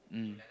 mm